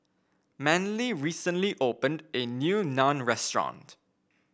Manley recently opened a new Naan Restaurant